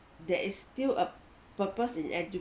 there is still a purpose in